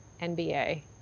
nba